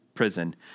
prison